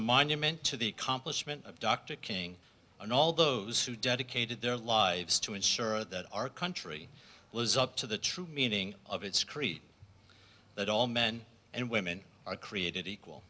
a monument to the accomplishment of dr king and all those who dedicated their lives to ensure that our country was up to the true meaning of its creed that all men and women are created equal